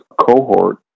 cohort